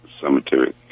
cemetery